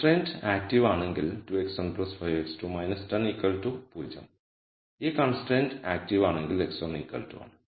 constraint active ആണെങ്കിൽ 2 x1 5 x2 10 0 ഈ constraint active ആണെങ്കിൽ x1 1